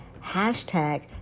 hashtag